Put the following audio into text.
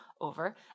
over